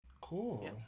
Cool